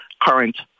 current